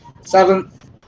seventh